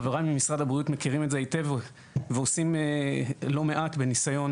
חבריי ממשרד הבריאות מכירים את זה היטב ועושים לא מעט בניסיון